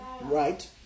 right